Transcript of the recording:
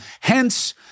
Hence